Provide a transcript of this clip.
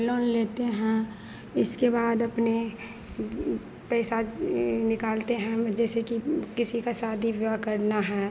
loan लेते हैं इसके बाद अपना पैसा यह निकालते हैं हम जैसे कि किसी की शादी विवाह करना है